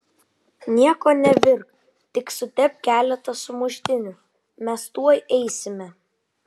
nieko nevirk tik sutepk keletą sumuštinių mes tuoj eisime